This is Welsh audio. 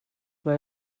mae